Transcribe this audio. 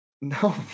No